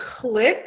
click